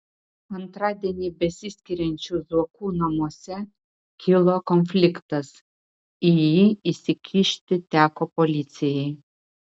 antradienį besiskiriančių zuokų namuose kilo konfliktas į jį įsikišti teko policijai